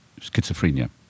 schizophrenia